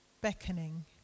beckoning